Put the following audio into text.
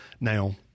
Now